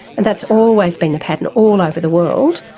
and that's always been the pattern all over the world,